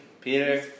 Peter